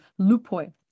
lupoi